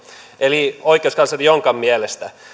eli oikeuskansleri jonkan mielestä